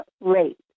rate